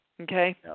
Okay